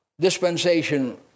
dispensation